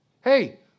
Hey